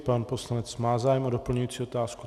Pan poslanec má zájem o doplňující otázku?